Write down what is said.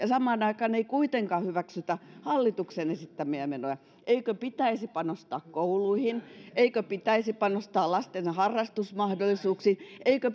samaan aikaan ei kuitenkaan hyväksytä hallituksen esittämiä menoja eikö pitäisi panostaa kouluihin eikö pitäisi panostaa lasten harrastusmahdollisuuksiin eikö